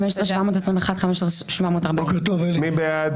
14,901 עד 14,920, מי בעד?